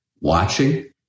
watching